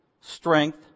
strength